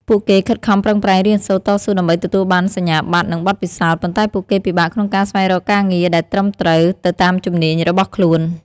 ពួកគេខិតខំប្រឹងប្រែងរៀនសូត្រ តស៊ូដើម្បីទទួលបានសញ្ញាបត្រ និងបទពិសោធន៍ ប៉ុន្តែពួកគេពិបាកក្នុងការស្វែងរកការងារដែលត្រឹមត្រូវទៅតាមជំនាញរបស់ខ្លួន។។